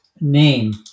name